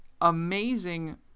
amazing